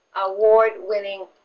award-winning